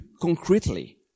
concretely